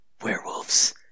Werewolves